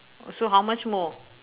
so how much more